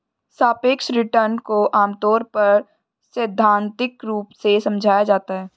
सापेक्ष रिटर्न को आमतौर पर सैद्धान्तिक रूप से समझाया जाता है